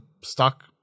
stuck